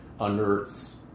unearths